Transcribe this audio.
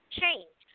change